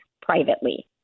privately